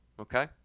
Okay